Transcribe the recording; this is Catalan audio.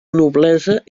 noblesa